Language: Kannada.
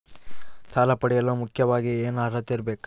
ಸಾಲ ಪಡೆಯಲು ಮುಖ್ಯವಾಗಿ ಏನು ಅರ್ಹತೆ ಇರಬೇಕು?